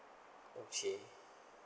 okay